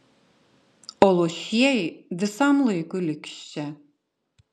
o luošieji visam laikui liks čia